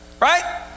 right